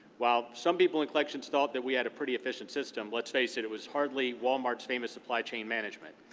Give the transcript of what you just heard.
while some people in collections thought that we had a pretty efficient system, let's face it, it was hardly walmart's famous supply chain management.